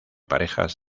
parejas